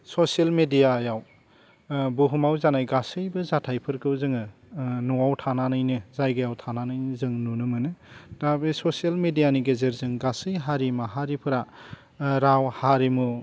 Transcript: social मेडियायाव बुहुमाव जानाय गासैबो जाथायफोरखौ जोङो न'आव थानानैनो जायगायाव थानानैनो जों नुनो मोनो दा बे ससियेल मेडियानि गेजेरजों गासै हारि माहारिफोरा राव हारिमु